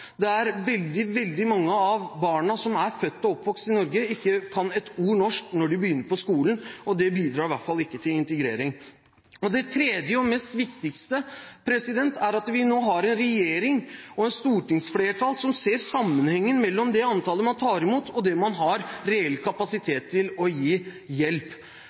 der veldig mange av barna som er født og oppvokst i Norge, ikke kan et ord norsk når de begynner på skolen. Det bidrar i hvert fall ikke til integrering. Det tredje og viktigste er at vi nå har en regjering og et stortingsflertall som ser sammenhengen mellom det antallet man tar imot, og det antallet man har reell kapasitet til å gi hjelp.